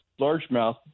largemouth